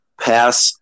pass